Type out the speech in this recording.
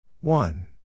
one